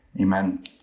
amen